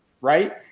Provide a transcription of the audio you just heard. right